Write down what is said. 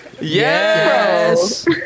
Yes